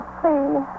please